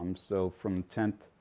um so from tenth,